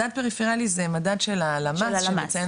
מדד פריפריאלי זה מדד של הלמ"ס שמציין